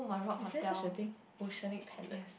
is there such a thing oceanic palette